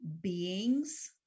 beings